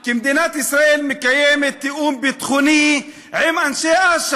חבר'ה, יש פה נוער, באמת, בקהל, ורואה את ההתנהגות